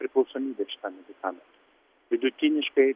priklausomybė šitam medikamentui vidutiniškai